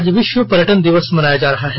आज विश्व पर्यटन दिवस मनाया जा रहा है